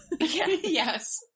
Yes